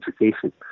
education